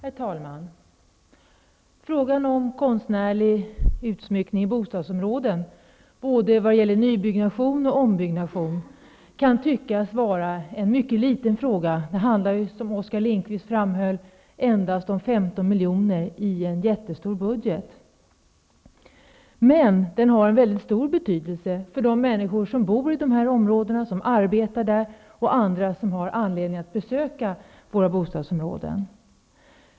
Herr talman! Frågan om konstnärlig utsmyckning av bostadsområden, både vad gäller nybyggnation och ombyggnation, kan tyckas vara mycket liten. Det handlar, som Oskar Lindkvist framhöll, endast om 15 milj.kr. i en jättestor budget. Men den har mycket stor betydelse för de människor som bor eller arbetar i de här områdena och för andra som har anledning att besöka våra bostadsområden.